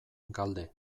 galde